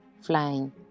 flying